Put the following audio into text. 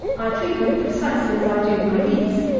i treat them precisely as i do my geese.